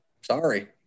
Sorry